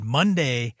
Monday